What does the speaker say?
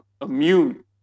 immune